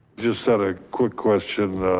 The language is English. just had a quick question.